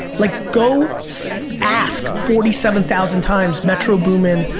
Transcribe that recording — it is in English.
like go ask forty seven thousand times, metro boomin,